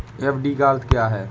FD का अर्थ क्या है?